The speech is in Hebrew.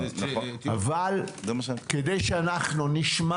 אבל, כדי שאנחנו נשמע